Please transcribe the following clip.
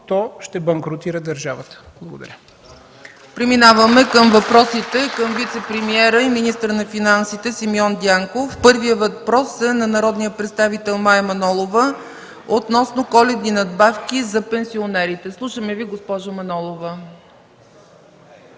от ГЕРБ.) ПРЕДСЕДАТЕЛ ЦЕЦКА ЦАЧЕВА: Преминаваме към въпросите към вицепремиера и министър на финансите Симеон Дянков. Първият въпрос е от народния представител Мая Манолова относно коледни надбавки за пенсионерите. Слушаме Ви, госпожо Манолова.